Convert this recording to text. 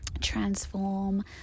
transform